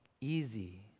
easy